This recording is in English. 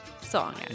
song